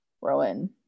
Rowan